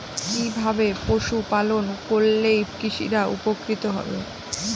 কিভাবে পশু পালন করলেই কৃষকরা উপকৃত হবে?